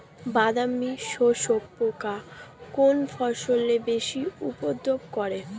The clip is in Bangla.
বাদামি শোষক পোকা কোন ফসলে বেশি উপদ্রব করে?